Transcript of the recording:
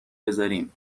بزاریم